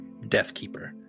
Deathkeeper